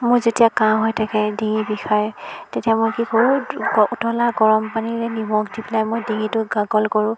মোৰ যেতিয়া কাহ হৈ থাকে ডিঙি বিষায় তেতিয়া মই কি কৰোঁ উত উতলা গৰম পানীৰে নিমখ দি পেলাই মই ডিঙিটো গাগল কৰোঁ